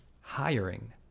hiring